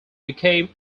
became